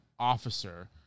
officer